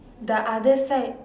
the other side